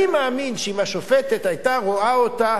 אני מאמין שאם השופטת היתה רואה אותה,